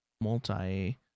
multi